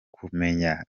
kumenya